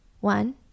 One